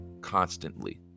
constantly